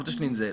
לא תשלים זה.